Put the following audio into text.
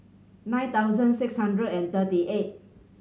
nine thousand six hundred and thirty eight